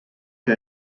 que